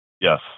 Yes